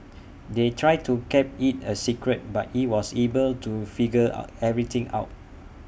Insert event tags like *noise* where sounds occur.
they tried to kept IT A secret but he was able to figure *hesitation* everything out